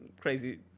crazy